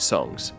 Songs